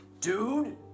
Dude